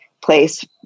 place